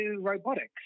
robotics